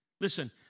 Listen